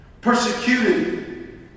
Persecuted